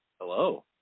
hello